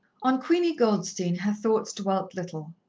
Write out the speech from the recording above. on queenie goldstein her thoughts dwelt little.